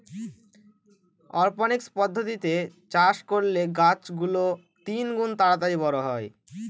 অরপনিক্স পদ্ধতিতে চাষ করলে গাছ গুলো তিনগুন তাড়াতাড়ি বড়ো হয়